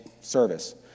service